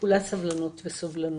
כולה סבלנות וסובלנות,